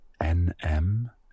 nm